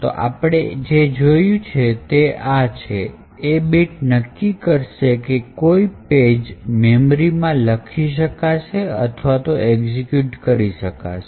તો આપણે જે જોયું એ આ છે એ bit નક્કી કરશે કે કોઈ પેજ મેમરીમાં લખી શકશે અથવા તો એક્ઝિક્યુટ કરી શકશે